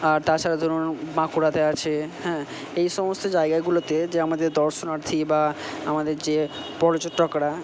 আর তাছাড়া ধরুন বাঁকুড়াতে আছে হ্যাঁ এই সমস্ত জায়গাগুলোতে যে আমাদের দর্শনার্থী বা আমাদের যে পর্যটকরা